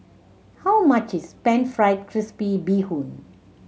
how much is Pan Fried Crispy Bee Hoon